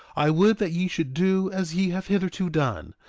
i would that ye should do as ye have hitherto done.